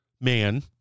man